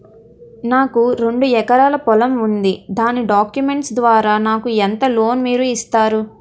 నాకు రెండు ఎకరాల పొలం ఉంది దాని డాక్యుమెంట్స్ ద్వారా నాకు ఎంత లోన్ మీరు ఇస్తారు?